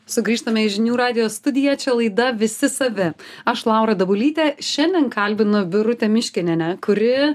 sugrįžtame į žinių radijo studiją čia laida visi savi aš laura dabulytė šiandien kalbinu birutę miškinienę kuri